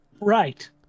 Right